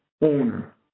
owner